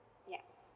yup